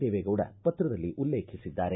ದೇವೇಗೌಡ ಪತ್ರದಲ್ಲಿ ಉಲ್ಲೇಖಿಸಿದ್ದಾರೆ